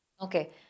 Okay